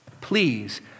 Please